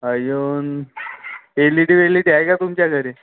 अजून L E D वेलीडी आहे का तुमच्या घरी